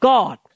God